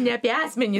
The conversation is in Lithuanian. ne apie asmenį